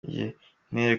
intere